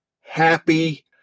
happy